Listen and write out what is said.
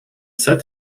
set